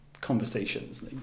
conversations